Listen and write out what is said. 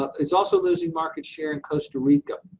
it's also losing market share in costa rica.